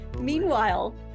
meanwhile